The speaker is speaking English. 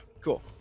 cool